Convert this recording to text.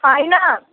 होइन